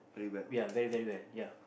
we are very very very ya